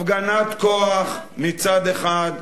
הפגנת כוח מצד אחד,